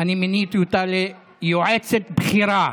אני מיניתי אותה ליועצת בכירה.